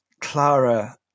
Clara